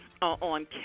on